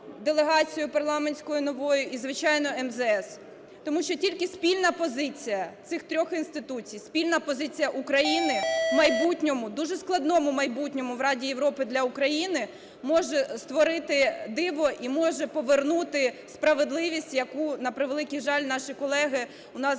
делегацією парламентською новою і, звичайно, МЗС. Тому що тільки спільна позиція цих трьох інститутів, спільна позиція України в майбутньому, дуже складному майбутньому в Раді Європи для України, може створити диво і може повернути справедливість, яку, на превеликий жаль, наші колеги в нас